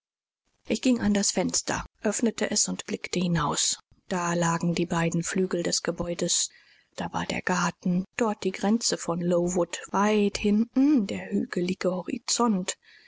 ich ging an das fenster öffnete es und blickte hinaus da lagen die beiden flügel des gebäudes da war der garten dort die grenze von lowood weit hinten der hügelige horizont